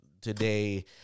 today